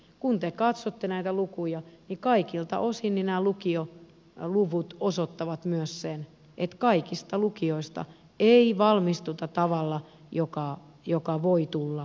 kun te katsotte näitä lukuja niin kaikilta osin nämä lukioluvut osoittavat myös sen että kaikista lukioista ei valmistuta samalla tavalla mikä voi tulla myöskin yllätyksenä